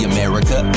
America